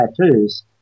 tattoos